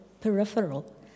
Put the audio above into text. peripheral